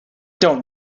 don’t